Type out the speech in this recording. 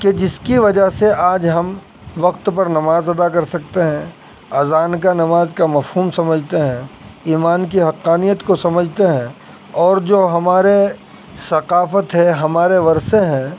کہ جس کی وجہ سے آج ہم وقت پر نماز ادا کر سکتے ہیں اذان کا نماز کا مفہوم سمجھتے ہیں ایمان کی حقانیت کو سمجھتے ہیں اور جو ہمارے ثقافت ہے ہمارے ورثے ہیں